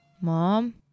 Mom